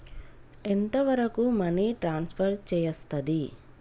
ఎంత వరకు money transfer చేయస్తది?